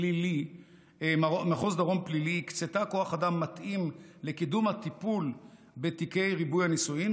פלילי הקצתה כוח אדם מתאים לקידום הטיפול בתיקי ריבוי נישואים,